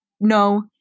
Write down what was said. no